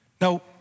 Now